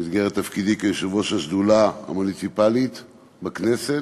במסגרת תפקידי כיושב-ראש השדולה המוניציפלית בכנסת,